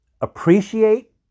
appreciate